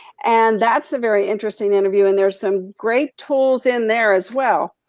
and that's a very interesting interview. and there are some great tools in there as well.